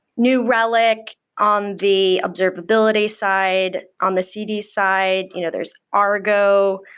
new relic on the observability side. on the cd side, you know there's argo,